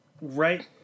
right